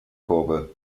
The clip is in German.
kurve